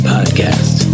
Podcast